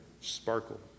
sparkle